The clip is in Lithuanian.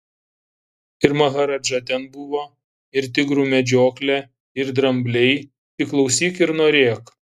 ir maharadža ten buvo ir tigrų medžioklė ir drambliai tik klausyk ir norėk